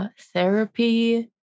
therapy